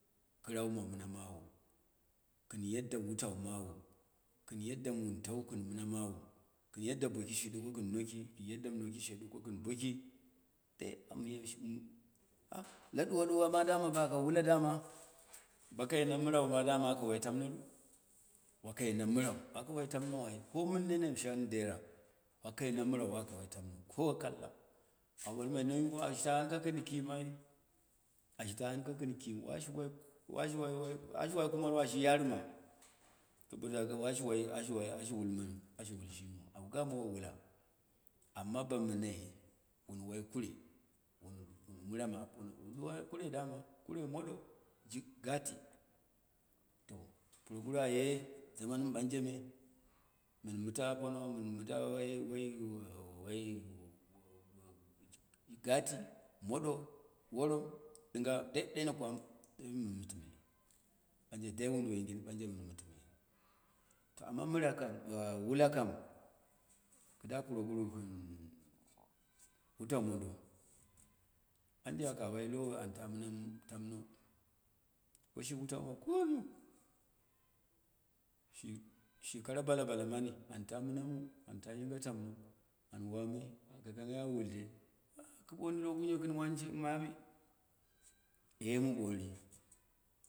Kɨrau ma mɨna mawu, kɨn yadda wutau mouvu, kɨm yadda wuntau kɨn mɨna mawu, kɨn yaddan boki, shi ɗuko gɨn noki, kɨn noki she ɗuko kɨn boki dai ala ɗuwa ɗuwa ma dama baka wwa dama bakai na wwa bakai mɨrau aka wai tam nou ai, komɨn nene shoui dera, bakai na mɨrau waka wai tamnou, ko kaka, au balmai na yugum ashi ta anko kɨn kim ai, ashita anko kɨn kim washi wai ko washi wai wai ashi wai kumaru ashi yarɨma saboda haka washi wai ashi wai a shi wulmanu ashi wau shini auganawo wula, ammabo mɨna wuu wai kure, wun mɨra ma apo no, mɨ ɗuwa ai kure, dama, kure moɗo jik gati to, puroguru aye jaman mɨ wei gati, moɗo worom ɗuniga dai ɗero kwan dai mɨn mɨbmai ɓanje dai woduwoigin ɓanje dai mɨn mɨtimai to ama mɨra kaun wula kam kɨda puro guru gɨn wutau modo, ɓanje akowai lowo amta mɨna tamno, woshi ma komi shishi kara bala bala mani anta mɨna mu anta yinge tomno au wamai aka kanghai ə wulde kɨ boni lo gungo kɨ washe mami e mu ɓoni